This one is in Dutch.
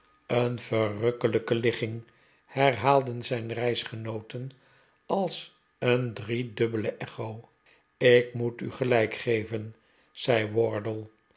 een verrukkelijke ligging herhaalden zijn reisgenooten als een driedubbele echo ik moet u gelijk geven zei wardle